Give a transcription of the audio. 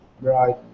Right